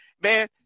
man